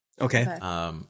Okay